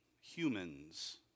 humans